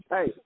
Hey